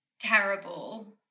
Terrible